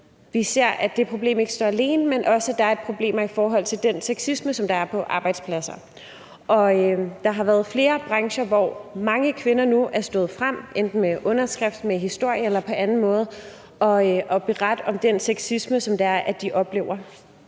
vi ser, at det problem ikke står alene, men at der også er problemer i forhold til den sexisme, som der er på arbejdspladser, og der har været flere brancher, hvor mange kvinder nu har stået frem, enten med underskrift eller med deres historie eller på anden måde, og har berettet om den sexisme, som de oplever.